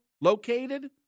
located